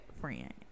friend